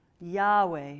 Yahweh